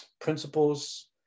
principles